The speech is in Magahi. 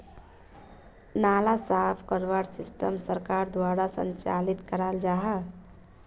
नाला साफ करवार सिस्टम सरकार द्वारा संचालित कराल जहा?